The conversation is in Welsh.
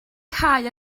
cau